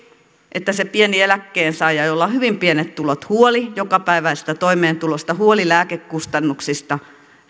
että se pieni eläkkeensaaja jolla on hyvin pienet tulot huoli jokapäiväisestä toimeentulosta huoli lääkekustannuksista